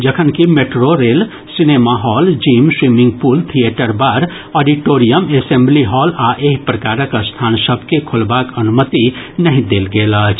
जखनकि metro rail cinema hall gym swimming pool theatre bar auditorium assembly hall आ एहि प्रकारक स्थान सभ के खोलबाक अनुमति नहि देल गेल अछि